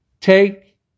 Take